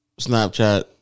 Snapchat